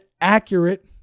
accurate